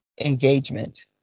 engagement